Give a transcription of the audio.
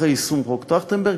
אחרי יישום חוק טרכטנברג,